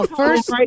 first